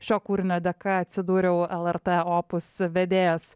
šio kūrinio dėka atsidūriau lrt opus vedėjas